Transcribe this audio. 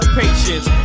patience